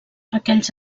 aquells